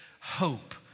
hope